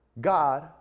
God